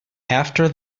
after